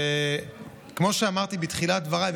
וכמו שאמרתי בתחילת דבריי,